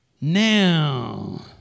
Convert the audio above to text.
Now